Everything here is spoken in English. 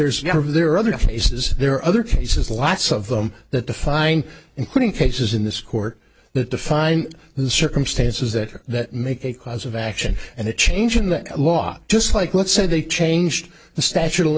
there's never been there are other cases there are other cases lots of them that define including cases in this court that define the circumstances that are that make a cause of action and a change in the law just like let's say they changed the statute of